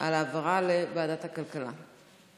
על העברה לוועדת הכלכלה.